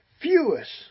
fewest